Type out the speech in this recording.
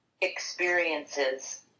experiences